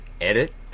edit